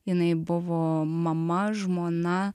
jinai buvo mama žmona